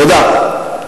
תודה.